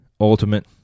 ultimate